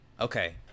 Okay